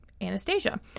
Anastasia